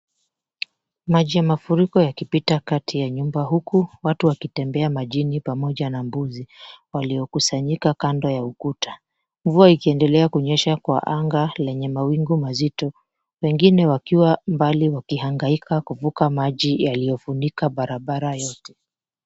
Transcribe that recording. Maji ya mafuriko yakipita kati ya nyumba, huku watu wakitembea majini pamoja na mbuzi waliokusanyika kando ya ukuta. Mvua ikiendelea kunyesha kwa anga lenye mawingu mazito. Wengine wakiwa mbali wakihangaika kuvuka maji yaliyofunika barabara yote.